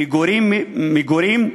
מגורים,